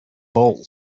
bowl